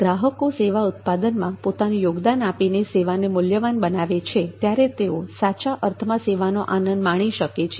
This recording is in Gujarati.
ગ્રાહકો સેવા ઉત્પાદનમાં પોતાનું યોગદાન આપીને સેવાને મૂલ્યવાન બનાવે છે ત્યારે તેઓ સાચા અર્થમાં સેવાનો આનંદ માણી શકે છે